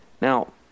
Now